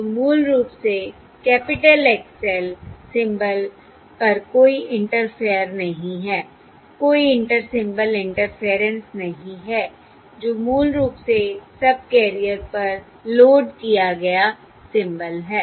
तो मूल रूप से कैपिटल X l सिंबल पर कोई इंटरफेरेंस नहीं है कोई इंटर सिंबल इंटरफेयरेंस नहीं है जो मूल रूप से सबकैरियर पर लोड किया गया सिंबल है